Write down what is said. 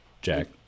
Jack